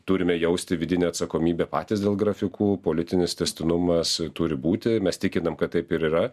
turime jausti vidinę atsakomybę patys dėl grafikų politinis tęstinumas turi būti mes tikinam kad taip ir yra